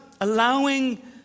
allowing